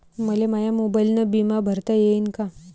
मले माया मोबाईलनं बिमा भरता येईन का?